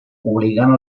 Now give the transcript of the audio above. obligant